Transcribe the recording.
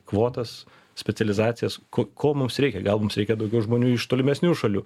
kvotas specializacijas ko mums reikia gal mums reikia daugiau žmonių iš tolimesnių šalių